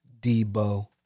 Debo